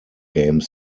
game